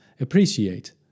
appreciate